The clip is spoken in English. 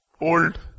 Old